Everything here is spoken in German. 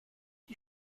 die